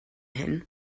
hyn